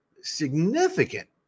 significant